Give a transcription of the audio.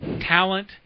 talent